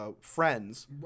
Friends